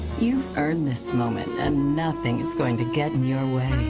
you've earned this moment, and nothing is going to get in your way.